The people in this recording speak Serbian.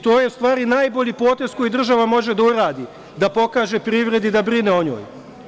To je u stvari najbolji potez koji država može da uradi, da pokaže privredi da brine o njoj.